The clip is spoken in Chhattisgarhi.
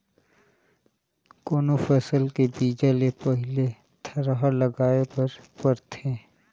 कोनो फसल के बीजा ले पहिली थरहा लगाए बर परथे